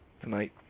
tonight